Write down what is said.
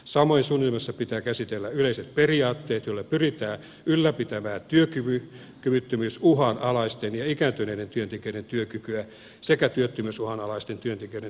samoin suunnitelmissa pitää käsitellä yleiset periaatteet joilla pyritään ylläpitämään työkyvyttömyysuhan alaisten ja ikääntyneiden työntekijöiden työkykyä sekä työttömyysuhan alaisten työntekijöiden työmarkkinakelpoisuutta